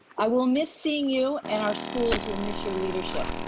i will miss seeing you and our schools will miss your leadership.